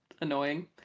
annoying